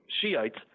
Shiites